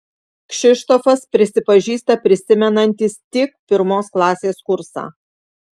kšištofas prisipažįsta prisimenantis tik pirmos klasės kursą